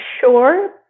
sure